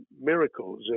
miracles